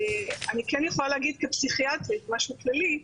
אני כן יכולה להגיד כפסיכיאטרית משהו כללי.